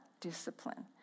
discipline